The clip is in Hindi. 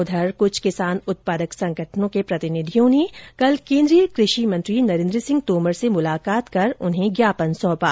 उधर कुछ किसान उत्पादक संगठनों के प्रतिनिधियों ने कल केन्द्रीय कृषि मंत्री नरेन्द्र सिंह तोमर से मुलाकात कर ज्ञापन सौंपा